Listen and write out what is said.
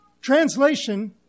translation